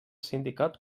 sindicat